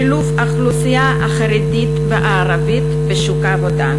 שילוב האוכלוסייה החרדית והערבית בשוק העבודה.